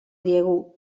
diegu